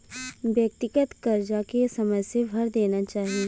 व्यक्तिगत करजा के समय से भर देना चाही